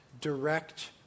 direct